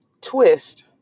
twist